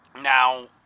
Now